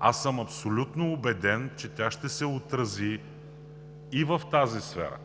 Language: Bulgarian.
абсолютно съм убеден, че ще се отрази в тази сфера